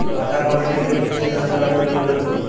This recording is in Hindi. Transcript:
खाता खोलने के लिए किन किन दस्तावेजों की जरूरत होगी?